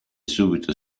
subito